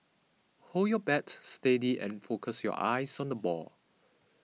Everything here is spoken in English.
hold your bat steady and focus your eyes on the ball